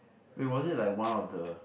it was it like one of the